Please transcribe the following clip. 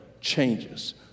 changes